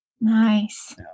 Nice